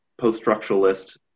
post-structuralist